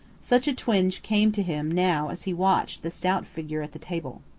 such a twinge came to him now as he watched the stout figure at the table.